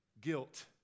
guilt